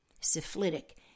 syphilitic